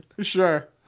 Sure